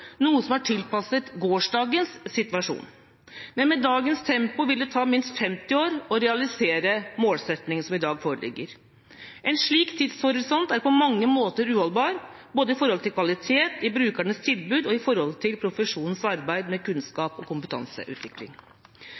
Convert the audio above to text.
noe som er tilpasset gårsdagens situasjon. Men med dagens tempo vil det ta minst 50 år å realisere målsettingen som i dag foreligger. En slik tidshorisont er på mange måter uholdbar, både med hensyn til kvalitet i brukernes tilbud og med hensyn til profesjonens arbeid med kunnskap og kompetanseutvikling.